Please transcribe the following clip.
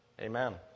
amen